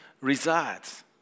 resides